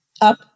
Up